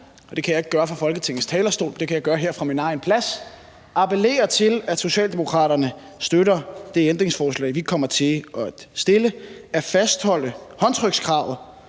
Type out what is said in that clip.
– det kan jeg ikke gøre fra Folketingets talerstol, men det kan jeg gøre her fra min egen plads – appellere til, at Socialdemokraterne støtter det ændringsforslag, vi kommer til at stille, som handler om at fastholde håndtrykskravet